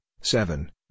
seven